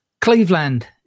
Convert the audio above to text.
Cleveland